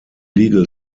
legal